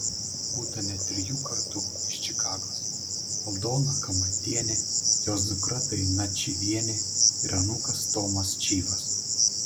būta net trijų kartų iš čikagos aldona kamantienė jos dukra daina čyvienė ir anūkas tomas čyvas